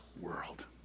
world